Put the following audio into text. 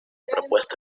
propuesto